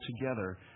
together